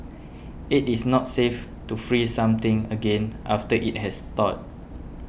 it is not safe to freeze something again after it has thawed